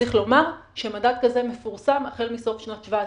צריך לומר שמדד כזה מפורסם החל מסוף שנת 2017,